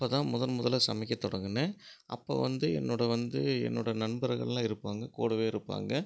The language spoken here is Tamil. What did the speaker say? அப்போ தான் முதன் முதலாக சமைக்க தொடங்கினேன் அப்போ வந்து என்னோட வந்து என்னோட நண்பர்கள்லாம் இருப்பாங்க கூடவே இருப்பாங்க